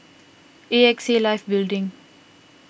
A X A Life Building